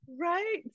Right